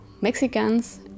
Mexicans